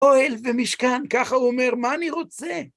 אוהל ומשכן, ככה הוא אומר, מה אני רוצה?